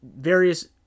various